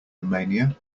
romania